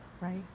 right